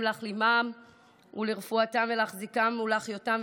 להחלימם ולרפואתם ולהחזיקם ולהחיותם,